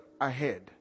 ahead